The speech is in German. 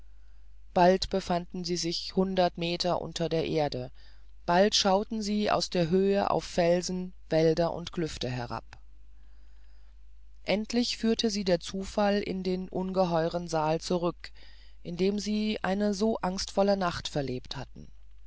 bald befanden sie sich hundert fuß unter der erde bald schauten sie aus der höhe auf felsen wälder und klüfte herab endlich führte sie der zufall in den ungeheuren saal zurück in dem sie eine so angstvolle nacht verlebt hatten